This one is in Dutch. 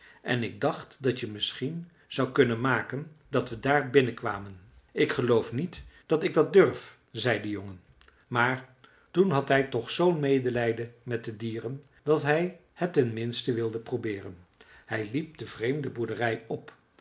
en ik dacht dat je misschien zou kunnen maken dat we daar binnen kwamen ik geloof niet dat ik dat durf zei de jongen maar toen had hij toch zoo'n medelijden met de dieren dat hij het ten minste wilde probeeren hij liep de vreemde boerderij op